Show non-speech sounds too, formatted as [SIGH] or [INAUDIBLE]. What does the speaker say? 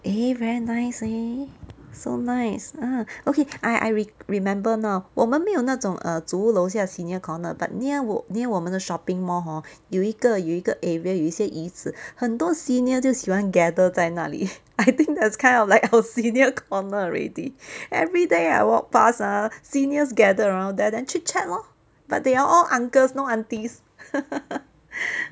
eh very nice leh so nice ah okay I I re~ remember now 我们没有那种 err 组屋楼下 senior corner but near 我 near 我们的 shopping mall hor 有一个有一个 area 有一些椅子很多 senior 就喜欢 gather 在那里 I think that's kind of like our senior corner already everyday I walk past ah seniors gather around there then chit chat lor but they are all uncles no aunties [LAUGHS]